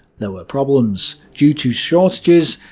there were problems. due to shortages,